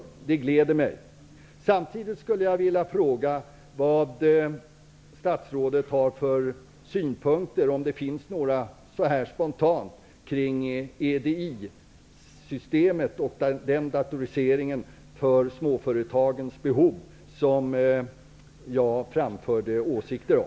Det glädjer mig. Samtidigt skulle jag vilja fråga vad statsrådet har för synpunkter -- om det finns några så här spontant -- kring EDI-systemet och den datorisering för småföretagens behov, som jag tidigare framförde åsikter om.